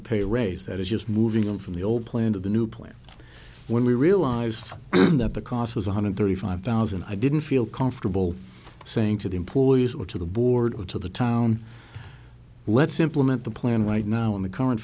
to pay raise that is just moving on from the old plan to the new plan when we realized that the cost was one hundred thirty five thousand i didn't feel comfortable saying to the employees or to the board or to the town let's implement the plan right now in the current